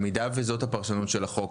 במידה וזו הפרשנות של החוק,